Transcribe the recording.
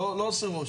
לא עושה רושם.